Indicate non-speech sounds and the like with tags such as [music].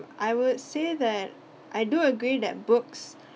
I would say that I do agree that books [breath]